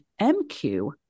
MQ